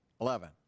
Eleven